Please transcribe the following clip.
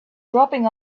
dropping